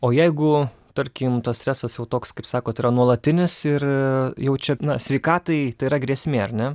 o jeigu tarkim tas stresas jau toks kaip sakot yra nuolatinis ir jau čia na sveikatai tai yra grėsmė ar ne